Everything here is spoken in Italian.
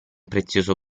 prezioso